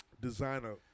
designer